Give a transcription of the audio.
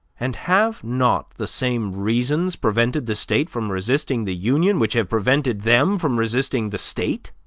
and have not the same reasons prevented the state from resisting the union which have prevented them from resisting the state?